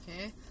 okay